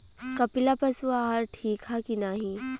कपिला पशु आहार ठीक ह कि नाही?